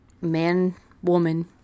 man-woman